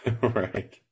Right